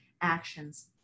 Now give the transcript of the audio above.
actions